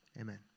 Amen